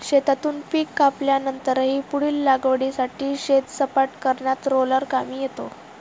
शेतातून पीक कापल्यानंतरही पुढील लागवडीसाठी शेत सपाट करण्यात रोलर कामी येतो